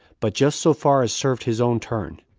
but just so far as served his own turn.